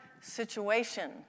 situation